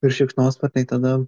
ir šikšnosparniai tada